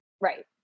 Right